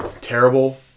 terrible